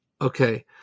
Okay